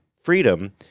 freedom